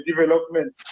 development